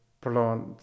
plant